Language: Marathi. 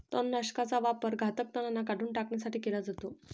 तणनाशकाचा वापर घातक तणांना काढून टाकण्यासाठी केला जातो